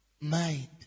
mind